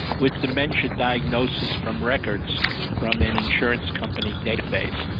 with dementia diagnosis from records from an insurance company database.